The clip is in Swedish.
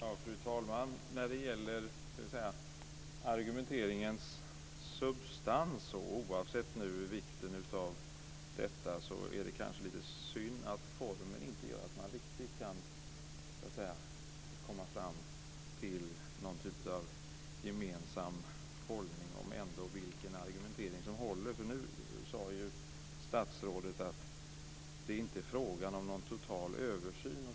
Fru talman! När det gäller argumenteringens substans oavsett vikten av frågan är det kanske lite synd att formen gör att man inte riktigt kan komma fram till någon typ av gemensam hållning om vilken argumentering som håller. Nu sade statsrådet att det inte är fråga om någon total översyn.